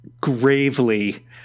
gravely